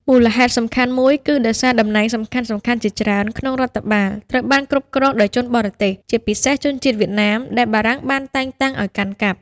មូលហេតុសំខាន់មួយគឺដោយសារតំណែងសំខាន់ៗជាច្រើនក្នុងរដ្ឋបាលត្រូវបានគ្រប់គ្រងដោយជនបរទេស ជាពិសេសជនជាតិវៀតណាម ដែលបារាំងបានតែងតាំងឱ្យកាន់កាប់។